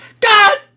God